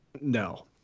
no